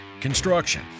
construction